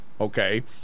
Okay